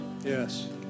yes